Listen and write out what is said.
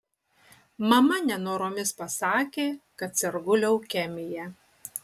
mama nenoromis pasakė kad sergu leukemija